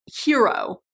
hero